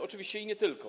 Oczywiście nie tylko.